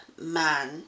man